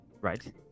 Right